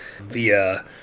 via